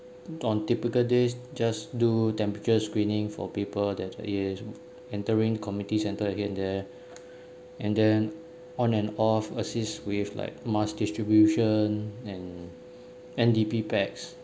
on typical days just do temperature screening for paper that what it is entering community centre again there and then on and off assist with like mass distribution and N_D_P bags